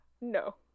No